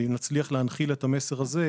ואם נצליח להנחיל את המסר הזה,